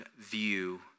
view